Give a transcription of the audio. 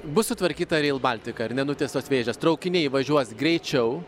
bus sutvarkyta reilbaltika ar ne nutiestos vėžės traukiniai važiuos greičiau